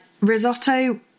risotto